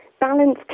balance